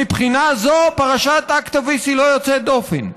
מבחינה זו פרשת אקטביס לא יוצאת דופן.